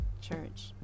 church